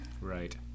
Right